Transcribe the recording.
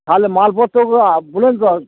তাহলে মালপত্র বুঝলেন তো